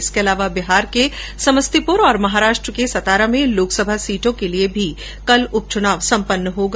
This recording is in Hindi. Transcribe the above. इसके अलावा बिहार के समस्तीपुर और महाराष्ट्र के सतारा में लोकसभा सीटों के लिए भी उपचुनाव कल सम्पन्न होगा